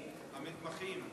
תהיה עם המוכשלים, עם המתמחים.